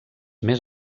més